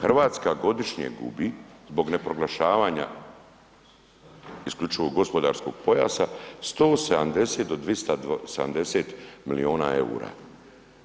Hrvatska godišnje gubi zbog neproglašavanja isključivog gospodarskog pojasa 170 do 270 miliona EUR-a.